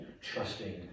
trusting